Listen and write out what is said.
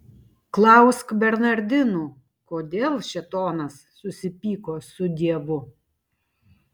klausk bernardinų kodėl šėtonas susipyko su dievu